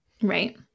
right